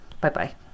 Bye-bye